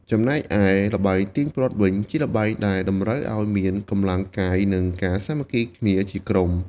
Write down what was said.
ចំណែកឯល្បែងទាញព្រ័ត្រវិញ ជាល្បែងដែលតម្រូវឲ្យមានកម្លាំងកាយ និងការសាមគ្គីគ្នាជាក្រុម។